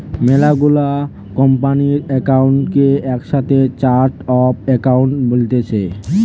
মেলা গুলা কোম্পানির একাউন্ট কে একসাথে চার্ট অফ একাউন্ট বলতিছে